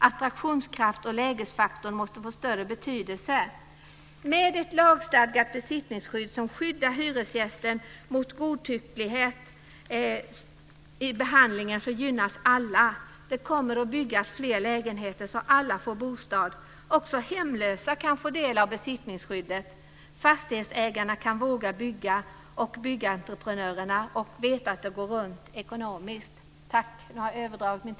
Attraktionskraft och lägesfaktor måste få större betydelse. Med ett lagstadgat besittningsskydd som skyddar hyresgästen mot godtycklighet i behandlingen gynnas alla. Det kommer att byggas fler lägenheter så att alla får en bostad. Också hemlösa kan få del av besittningsskyddet. Fastighetsägarna kan våga bygga och byggentreprenörerna veta att det går runt ekonomiskt.